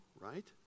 right